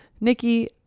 Nikki